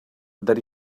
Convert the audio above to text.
that